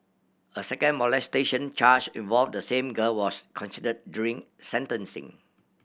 a second molestation charge involve the same girl was considered during sentencing